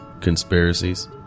Conspiracies